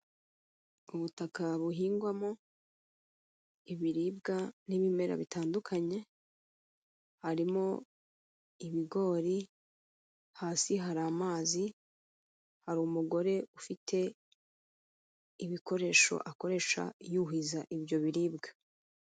Ubutaka buhingwamo ibiribwa n'ibimera bitandukanye, harimo ibigori hasi hari amazi, hari umugore ufite ibikoresho akoresha yuhiza ibyo biribwa.